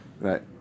Right